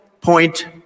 point